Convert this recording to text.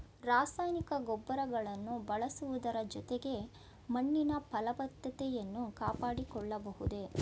ರಾಸಾಯನಿಕ ಗೊಬ್ಬರಗಳನ್ನು ಬಳಸುವುದರ ಜೊತೆಗೆ ಮಣ್ಣಿನ ಫಲವತ್ತತೆಯನ್ನು ಕಾಪಾಡಿಕೊಳ್ಳಬಹುದೇ?